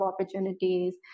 opportunities